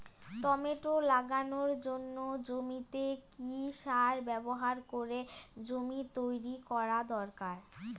Tomato লাগানোর জন্য জমিতে কি সার ব্যবহার করে জমি তৈরি করা দরকার?